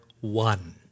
one